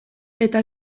eta